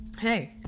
Hey